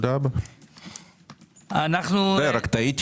תודה רבה.